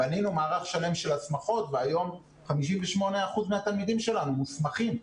בנינו מערך שלם של הסכמות והיום 58% מהתלמידים שלנו מוסמכים.